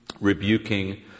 rebuking